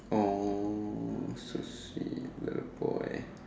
!aww! so sweet love boy